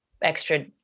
extra